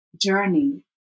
journey